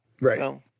Right